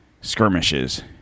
skirmishes